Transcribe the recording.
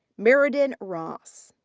meriden ross.